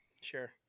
Sure